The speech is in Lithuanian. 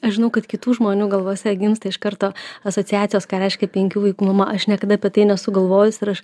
aš žinau kad kitų žmonių galvose gimsta iš karto asociacijos ką reiškia penkių vaikų mama aš niekada apie tai nesu galvojus ir aš